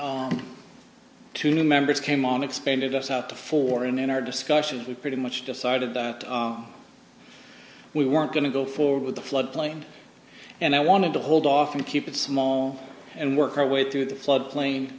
to new members came on expanded us out to four in our discussions we pretty much decided that we weren't going to go forward with the floodplain and i wanted to hold off and keep it small and work our way through the floodplain